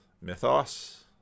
mythos